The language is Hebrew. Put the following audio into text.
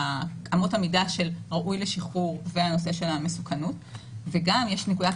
אמות המידה של ראוי לשחרור והנושא של המסוכנות וגם יש נקודת